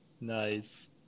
Nice